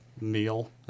meal